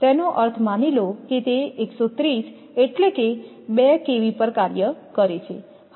તેનો અર્થ માની લો કે તે 130 એટલે કે 2 kV પર કાર્ય કરે છે